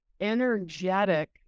energetic